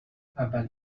اول